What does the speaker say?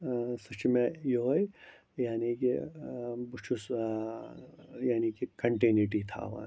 سُہ چھُ مےٚ یِہوٚے یعنی کہِ بہٕ چھُس یعنی کہِ کَنٹینِٹی تھاوان